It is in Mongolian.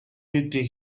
хийдийн